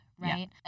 right